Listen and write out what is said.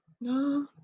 no